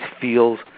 feels